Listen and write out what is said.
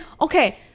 okay